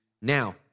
now